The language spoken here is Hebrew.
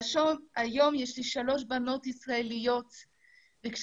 היום יש לי שלוש בנות ישראליות וכשאני